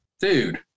dude